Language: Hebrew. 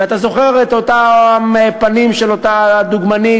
ואתה זוכר את אותן פנים של אותה דוגמנית,